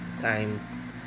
time